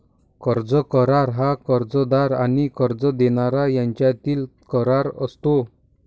कर्ज करार हा कर्जदार आणि कर्ज देणारा यांच्यातील करार असतो